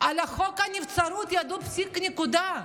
על חוק הנבצרות ידעו כל פסיק ונקודה.